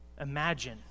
imagine